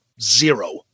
Zero